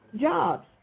jobs